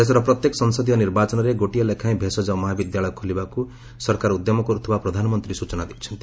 ଦେଶର ପ୍ରତ୍ୟେକ ସଂସଦୀୟ ନିର୍ବାଚନରେ ଗୋଟିଏ ଲେଖାଏଁ ଭେଷଜ ମହାବିଦ୍ୟାଳୟ ଖୋଲିବାକୁ ସରକାର ଉଦ୍ୟମ କରୁଥିବା ପ୍ରଧାନମନ୍ତ୍ରୀ ସୂଚନା ଦେଇଛନ୍ତି